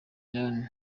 iran